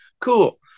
Cool